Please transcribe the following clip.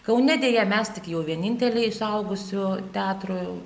kaune deja mes tik jau vieninteliai suaugusių teatro